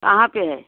कहाँ पर है